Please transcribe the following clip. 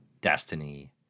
Destiny